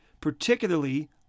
Particularly